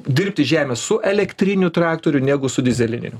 dirbti žemę su elektriniu traktoriu negu su dyzelininiu